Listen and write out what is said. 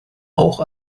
auch